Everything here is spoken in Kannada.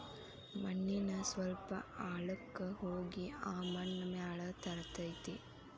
ಮಣ್ಣಿನ ಸ್ವಲ್ಪ ಆಳಕ್ಕ ಹೋಗಿ ಆ ಮಣ್ಣ ಮ್ಯಾಲ ತರತತಿ